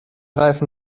reifen